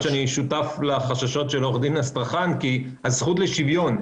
אני שותף לחששות של עו"ד אסטרחן כי הזכות לשוויון,